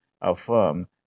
affirm